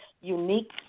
unique